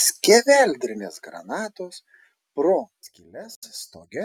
skeveldrinės granatos pro skyles stoge